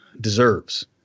deserves